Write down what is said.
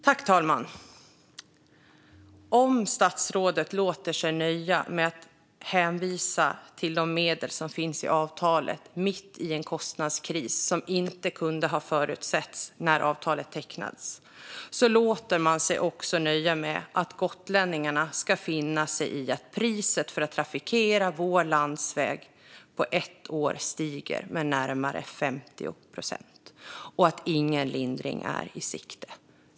Fru talman! Om statsrådet låter sig nöja med att hänvisa till de medel som finns i avtalet, mitt i en kostnadskris, som inte kunde ha förutsetts när avtalet tecknades, låter statsrådet sig också nöja med att gotlänningarna ska finna sig i att priset för att trafikera vår landsväg på ett år stiger med närmare 50 procent. Ingen lindring är i sikte.